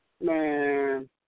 Man